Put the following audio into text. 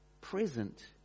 present